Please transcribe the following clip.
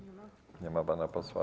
Nie ma pana posła.